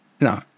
No